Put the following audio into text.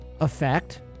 effect